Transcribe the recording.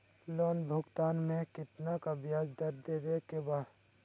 Loan भुगतान में कितना का ब्याज दर देवें के बा?